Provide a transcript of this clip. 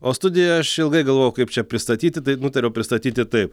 o studijoje aš ilgai galvojau kaip čia pristatyti tai nutariau pristatyti taip